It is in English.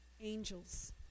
angels